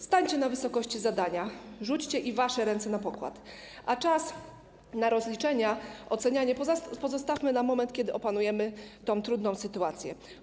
Stańcie na wysokości zadania, wasze ręce na pokład, a czas na rozliczenia, ocenianie pozostawmy na moment, kiedy opanujemy tę trudną sytuację.